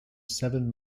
seven